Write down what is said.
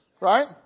right